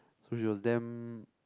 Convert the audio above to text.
so she was damn